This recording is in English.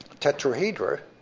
tetrahedra,